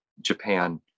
Japan